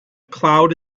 cloud